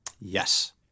Yes